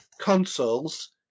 consoles